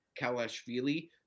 Kalashvili